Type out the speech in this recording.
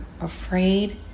afraid